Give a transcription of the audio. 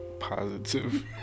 Positive